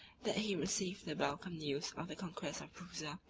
that he received the welcome news of the conquest of prusa,